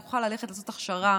ויוכל ללכת לעשות הכשרה,